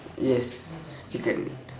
yes chicken